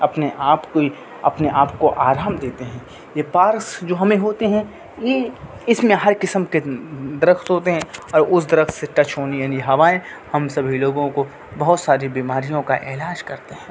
اپنے آپ کوئی اپنے آپ کو آرام دیتے ہیں یہ پارس جو ہمیں ہوتے ہیں یہ اس میں ہر قسم کے درخت ہوتے ہیں اور اس درخت سے ٹچ ہونے یعنی ہوائیں ہم سبھی لوگوں کو بہت ساری بیماریوں کا علاج کرتے ہیں